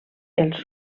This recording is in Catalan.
els